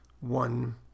one